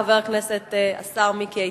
חבר הכנסת השר מיקי איתן,